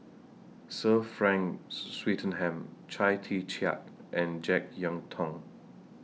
Sir Frank Swettenham Chia Tee Chiak and Jek Yeun Thong